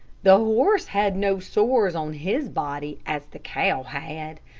the horse had no sores on his body, as the cow had,